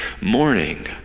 morning